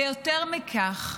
ויותר מכך,